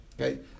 okay